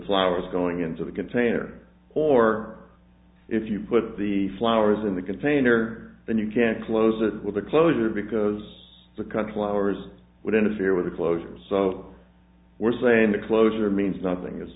flowers going into the container or if you put the flowers in the container then you can close it with a closure because the country ours would interfere with the closures so we're saying the closure means nothing i